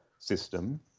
system